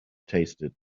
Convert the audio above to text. tasted